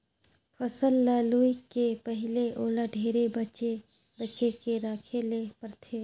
फसल ल लूए के पहिले ओला ढेरे बचे बचे के राखे ले परथे